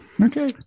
Okay